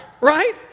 right